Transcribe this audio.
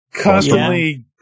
Constantly